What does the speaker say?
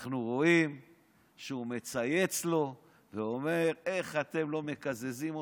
אנחנו רואים שהוא מצייץ לו ואומר: איך אתם לא מקזזים אותי,